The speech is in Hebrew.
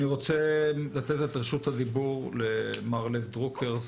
אני רוצה לתת את רשות הדיבור למר לב דרוקר,